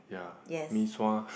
ya Mee-Sua